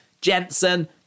Jensen